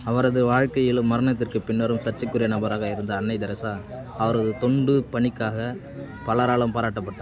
அவரது வாழ்க்கையிலும் மரணத்திற்குப் பின்னரும் சர்ச்சைக்குரிய நபராக இருந்த அன்னை தெரசா அவரது தொண்டு பணிக்காக பலராலும் பாராட்டப்பட்டார்